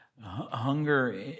hunger